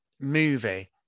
movie